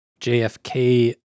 JFK